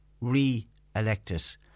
re-elected